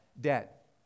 debt